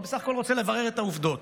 הוא בסך הכול רוצה לברר את העובדות.